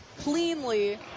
cleanly